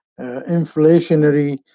inflationary